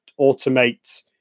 automate